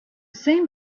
same